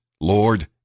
LORD